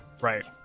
right